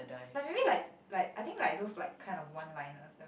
like maybe like like I think like those like kind of one liners